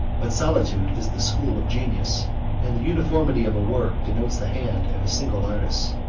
but solitude is the school of genius and the uniformity of a work denotes the hand of a single artist.